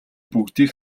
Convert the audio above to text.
бүгдийг